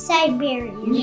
Siberian